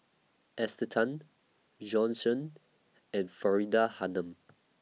Esther Tan Bjorn Shen and Faridah Hanum